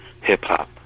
hip-hop